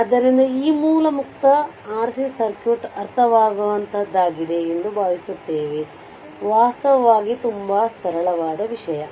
ಆದ್ದರಿಂದ ಈ ಮೂಲ ಮುಕ್ತ RC ಸರ್ಕ್ಯೂಟ್ ಅರ್ಥವಾಗುವಂತಹದ್ದಾಗಿದೆ ಎಂದು ಭಾವಿಸುತ್ತೇವೆ ವಾಸ್ತವವಾಗಿ ತುಂಬಾ ಸರಳವಾದ ವಿಷಯ